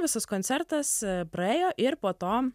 visas koncertas praėjo ir po to